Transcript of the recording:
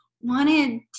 wanted